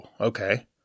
okay